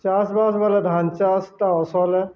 ଚାଷ୍ବାସ ବଲେ ଧାନ୍ ଚାଷ୍ ତ ଅସଲ୍ ଏ